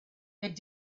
that